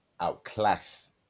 outclass